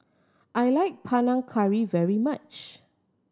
I like Panang Curry very much